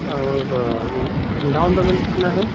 और ये down payment कितना है